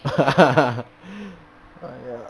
um ya